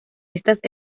estas